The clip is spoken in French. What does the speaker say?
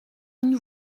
une